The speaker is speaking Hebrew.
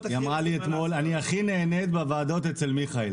אני הכי נהנית בוועדות אצל מיכאל.